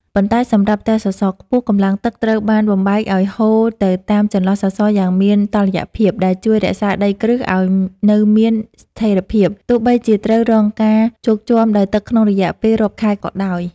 ប៉ុន្តែសម្រាប់ផ្ទះសសរខ្ពស់ កម្លាំងទឹកត្រូវបានបំបែកឱ្យហូរទៅតាមចន្លោះសសរយ៉ាងមានតុល្យភាព ដែលជួយរក្សាដីគ្រឹះឱ្យនៅមានស្ថិរភាព ទោះបីជាត្រូវរងការជោកជាំដោយទឹកក្នុងរយៈពេលរាប់ខែក៏ដោយ។